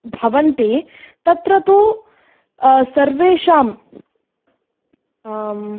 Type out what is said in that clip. भवन्ति तत्र तु सर्वेषां